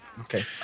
okay